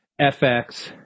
FX